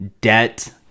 Debt